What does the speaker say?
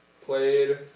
played